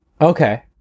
Okay